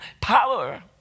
power